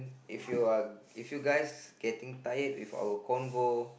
if your are if you guys getting tired with our convo